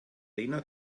rena